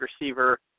receiver